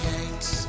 Yanks